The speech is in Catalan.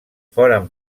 foren